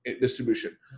distribution